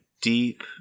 deep